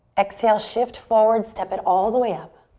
exhale, shift forward, step at all the way up.